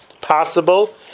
possible